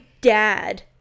dad